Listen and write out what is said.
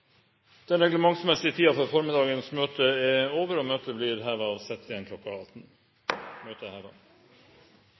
Den reglementsmessige tiden for formiddagens møte er over. Men i og